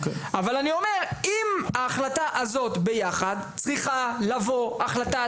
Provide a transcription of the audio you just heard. אבל אני אומר עם ההחלטה הזאת ביחד צריכה לבוא החלטת